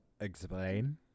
Explain